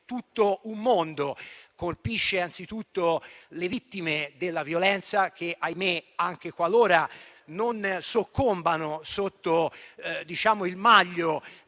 tutto un mondo: anzitutto le vittime della violenza che, ahimè, anche qualora non soccombano sotto il maglio di